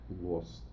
lost